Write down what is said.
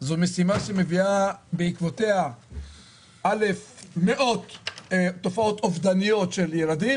זו משימה שמביאה בעקבותיה מאות תופעות אובדניות של ילדים,